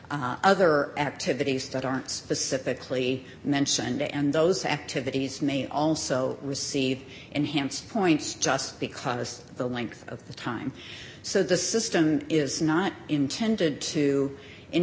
other activities that aren't specifically mentioned and those activities may also receive enhanced points just because of the length of the time so the system is not intended to in